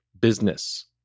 business